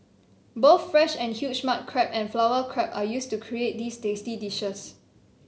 both fresh and huge mud crab and flower crab are used to create these tasty dishes